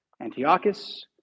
Antiochus